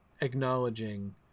acknowledging